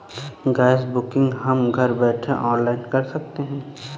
gas booking हम घर बैठे ऑनलाइन कर सकते है